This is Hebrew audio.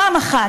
פעם אחת.